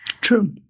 True